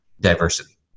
diversity